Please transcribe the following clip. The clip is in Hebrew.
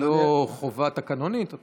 זו לא חובה תקנונית, זה